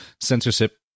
censorship